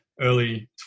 early